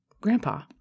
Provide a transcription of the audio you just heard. grandpa